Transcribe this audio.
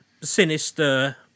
sinister